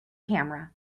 camera